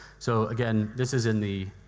so, again, this is in the